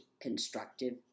constructive